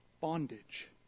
bondage